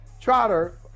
Trotter